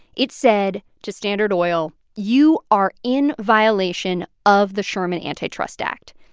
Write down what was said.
it said to standard oil, you are in violation of the sherman antitrust act.